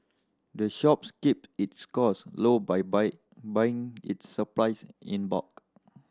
the shops keep its costs low by buy buying its supplies in bulk